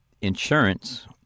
Insurance